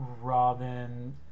Robin